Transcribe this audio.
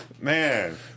Man